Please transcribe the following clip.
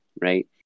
right